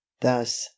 thus